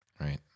Right